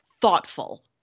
thoughtful